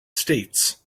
states